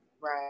right